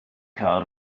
car